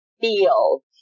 feel